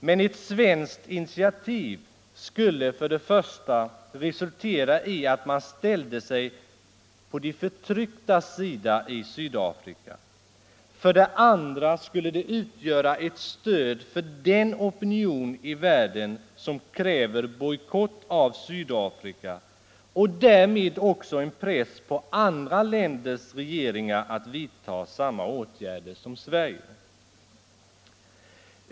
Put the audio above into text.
Men ett svenskt initiativ skulle för det första resultera i att man ställde sig på de förtrycktas sida i Sydafrika. För det andra skulle det utgöra ett stöd för den opinion i världen som kräver bojkott av Sydafrika och därmed också en press på andra länders regeringar att vidta samma åtgärder som Sverige.